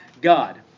God